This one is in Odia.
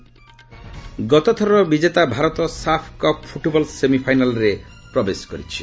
ଗତଥରର ବିଜେତା ଭାରତ ସାଫ୍ କପ୍ ଫୁଟବଲ ସେମିଫାଇନାଲରେ ପ୍ରବେଶ କରିଛି